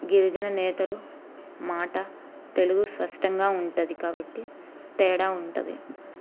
గిరిజన నేతలు మాట తెలుగు స్పష్టంగా ఉంటుంది కాబట్టి తేడా ఉంటుంది